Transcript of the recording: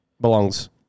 belongs